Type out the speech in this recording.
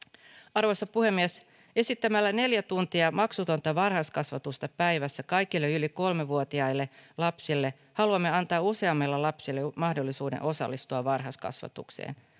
arvoisa puhemies esittämällä neljä tuntia maksutonta varhaiskasvatusta päivässä kaikille yli kolme vuotiaille lapsille haluamme antaa useammalle lapselle mahdollisuuden osallistua varhaiskasvatukseen